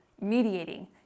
mediating